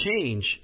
change